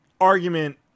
argument